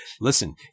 listen